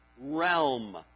realm